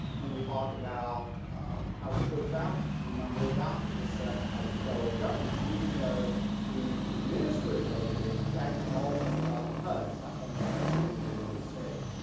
when we talk about housing choice vouchers the number of vouchers is set by the federal government even though we administer it locally. it's actually all funded by hud. it's not funded by the cities region of the state.